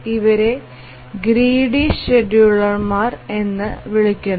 ഇവരെ ഗ്രീഡി ഷെഡ്യൂളർമാർ എന്നും വിളിക്കുന്നു